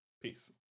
peace